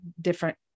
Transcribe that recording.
different